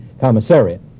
commissariat